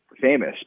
famous